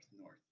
north